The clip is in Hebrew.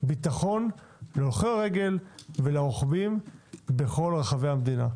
ביטחון להולכי רגל ולרוכבים בכל רחבי המדינה,